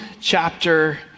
chapter